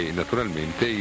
naturalmente